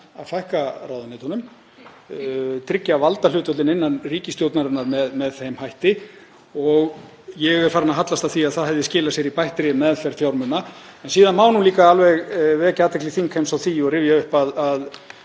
að fækka ráðuneytum, tryggja valdahlutföllin innan ríkisstjórnarinnar með þeim hætti og ég er farinn að hallast að því að það hefði skilað sér í bættri meðferð fjármuna. En síðan má líka vekja athygli þingheims á því og rifja upp að